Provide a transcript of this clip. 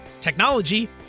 technology